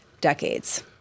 decades